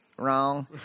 Wrong